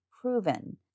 proven